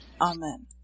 Amen